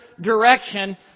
direction